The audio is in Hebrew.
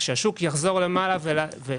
ושכשהשוק יעלה בחזרה